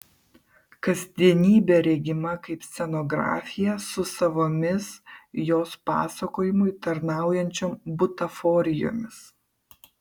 kasdienybė regima kaip scenografija su savomis jos pasakojimui tarnaujančiom butaforijomis